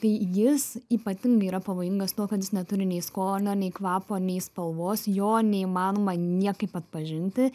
tai jis ypatingai yra pavojingas tuo kad jis neturi nei skonio nei kvapo nei spalvos jo neįmanoma niekaip atpažinti